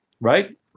right